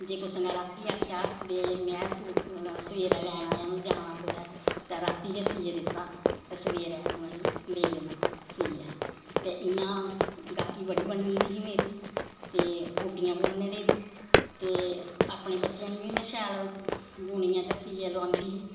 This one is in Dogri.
जे कुसै ने रातीं आक्खेआ ते महां सूट सवेरे लैन आयां में जाना ऐ कुतै तां रातीं गै सियै दित्ता ते सवेरे उ'नेंगी देई देना सियै ते इयां गाह्की बड़ी बनी गेदी ही मेरी ते कोटियां बुनने दे बी ते अपने बच्चेंआ गी बी में शैल बुनियै ते सियै लोआंदी ही